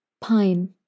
Pine